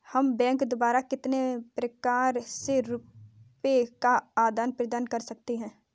हम बैंक द्वारा कितने प्रकार से रुपये का आदान प्रदान कर सकते हैं?